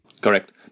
Correct